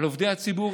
על עובדי הציבור,